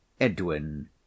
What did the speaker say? edwin